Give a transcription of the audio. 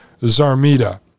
Zarmida